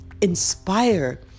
inspire